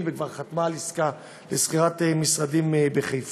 וכבר חתמה על עסקה לשכירת משרדים בחיפה.